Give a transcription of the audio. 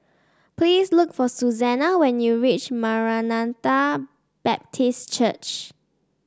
please look for Susana when you reach Maranatha Baptist Church